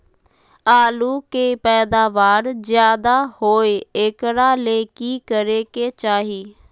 आलु के पैदावार ज्यादा होय एकरा ले की करे के चाही?